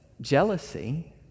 jealousy